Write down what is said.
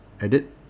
edit